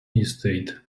estate